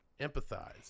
empathize